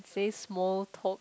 say small talk